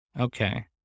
okay